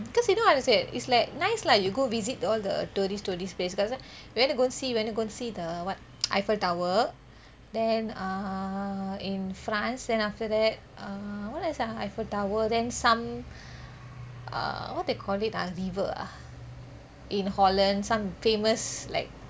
because you know how to say is like nice lah you go visit all the tourist tourist place went to go see went to go and see the what eiffel tower then err in france then after that err what else ah eiffel tower then some uh what they call it ah river ah in holland some famous like